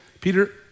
Peter